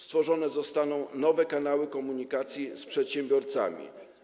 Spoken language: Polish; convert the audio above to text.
Stworzone zostaną nowe kanały komunikacji z przedsiębiorcami.